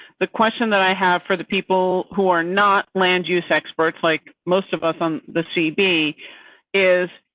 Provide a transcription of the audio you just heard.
the question that i have for the people who are not land use experts. like, most of us on the cb is,